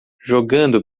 jogando